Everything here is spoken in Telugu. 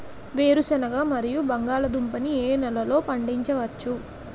వేరుసెనగ మరియు బంగాళదుంప ని ఏ నెలలో పండించ వచ్చు?